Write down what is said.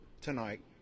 tonight